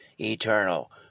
eternal